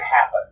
happen